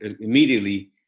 immediately